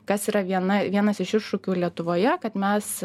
kas yra viena vienas iš iššūkių lietuvoje kad mes